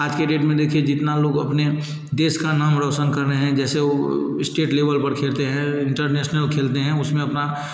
आज के डेट में देखिए जितना लोग अपने देश का नाम रौशन कर रहे हैं जैसे वो स्टेट लेवल पर खेलते हैं इंटरनैसनल खेलते हैं उसमें अपना